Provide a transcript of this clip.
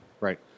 Right